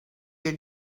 your